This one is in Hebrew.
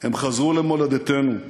חזרו למולדתנו,